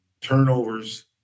turnovers